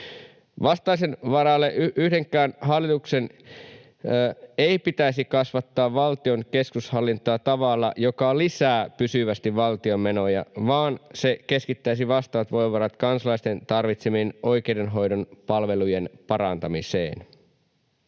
Vastaisen varalle yhdenkään hallituksen ei pitäisi kasvattaa valtion keskushallintoa tavalla, joka lisää pysyvästi valtion menoja, vaan keskittää vastaavat voimavarat kansalaisten tarvitsemien oikeudenhoidon palvelujen parantamiseen.